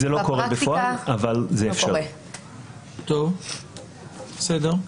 בפועל זה לא קורה אבל זה אפשרי.